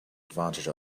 advantage